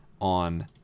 on